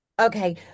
Okay